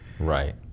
right